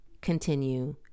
continue